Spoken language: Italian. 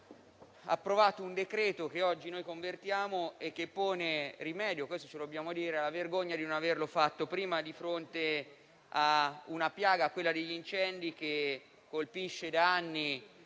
approvato un decreto che oggi noi convertiamo e che pone rimedio - lo dobbiamo dire - alla vergogna di non averlo fatto prima di fronte alla piaga degli incendi che colpisce da anni